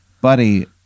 Buddy